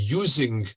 using